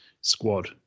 squad